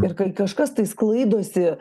ir kai kažkas tai sklaidosi